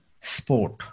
sport